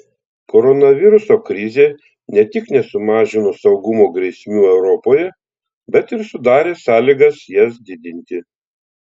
koronaviruso krizė ne tik nesumažino saugumo grėsmių europoje bet ir sudarė sąlygas jas didinti